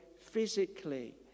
physically